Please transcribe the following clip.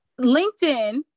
LinkedIn